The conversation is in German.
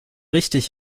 richtig